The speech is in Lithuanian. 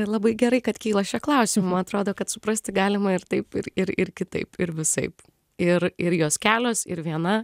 labai gerai kad kyla čia klausimų atrodo kad suprasti galima ir taip ir ir ir kitaip ir visaip ir ir jos kelios ir viena